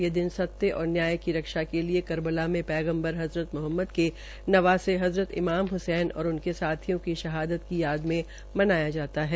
ये दिन सत्य और न्याय की रक्षा के लिए करबला में पैगम्बर हजरत मोहम्मद के नवासे हजरत इमाम हसैन और उनके साथियों की शहादत की याद में मनाया जाता है